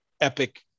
epic